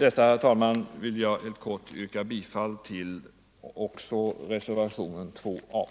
detta, herr talman, ber jag att få yrka bifall till reservationen 20;